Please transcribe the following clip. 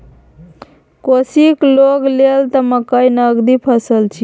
कोशीक लोग लेल त मकई नगदी फसल छियै